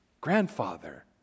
grandfather